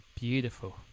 Beautiful